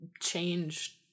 Change